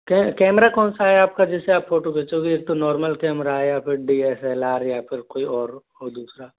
camera कौन सा है आपका जिससे आप फोटो खींचोगे एक तो नाॅर्मल कैमरा है या फिर डी एस एल आर या फिर कोई और हो दूसरा